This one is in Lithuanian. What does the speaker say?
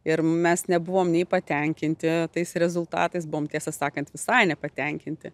ir mes nebuvom nei patenkinti tais rezultatais buvom tiesą sakant visai nepatenkinti